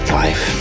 life